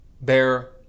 bear